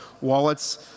wallets